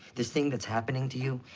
this thing that's happening to you,